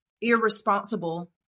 irresponsible